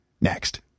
Next